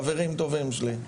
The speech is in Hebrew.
חברים טובים שלי,